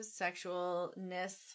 sexualness